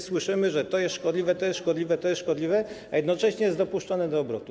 Słyszymy: to jest szkodliwe, to jest szkodliwe, to jest szkodliwe, a jednocześnie jest to dopuszczane do obrotu.